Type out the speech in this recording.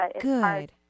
Good